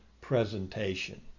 presentation